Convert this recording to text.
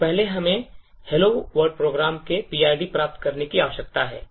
तो पहले हमें hello world program के PID प्राप्त करने की आवश्यकता है